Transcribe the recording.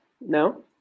No